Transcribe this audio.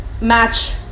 match